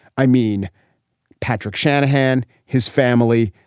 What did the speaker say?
i mean patrick shanahan, his family,